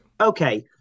Okay